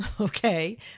Okay